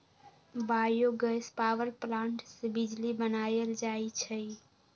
bio gas power plant से बिजली बनाएल जाइ छइ